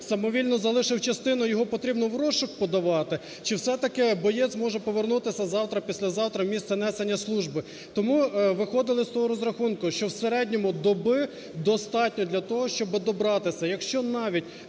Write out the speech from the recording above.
самовільно залишив частину, його потрібно в розшук подавати, чи все-таки боєць може повернутися завтра-післязавтра в місце несення служби. Тому виходили з того розрахунку, що в середньо доби достатньо для того, щоби добиратися.